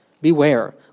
Beware